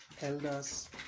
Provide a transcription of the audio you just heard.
elders